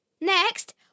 Next